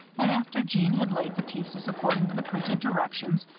and, after jeanne had laid the pieces, according to the printed directions,